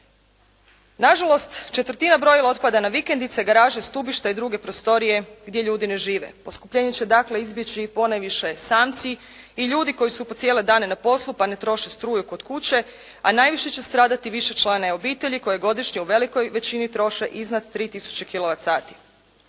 Na žalost četvrtina brojila otpada na vikendice, garaže, stubišta i druge prostorije gdje ljudi ne žive. Poskupljenje će dakle izbjeći ponajviše samci i ljudi koji su po cijele dane na poslu, pa ne troše struju kod kuće, a najviše će stradati višečlane obitelji koje godišnje u velikoj većini troše iznad 3